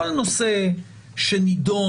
כל נושא שנידון,